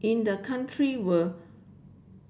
in the country word